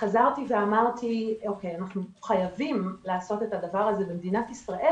חזרתי ואמרתי שאנחנו חייבים לעשות את הדבר הזה במדינת ישראל.